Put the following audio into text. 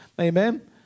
amen